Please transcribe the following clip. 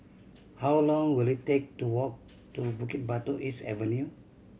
how long will it take to walk to Bukit Batok East Avenue